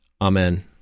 Amen